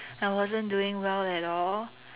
I wasn't doing well at all